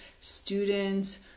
students